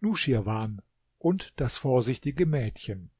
nuschirwan und das vorsichtige mädchen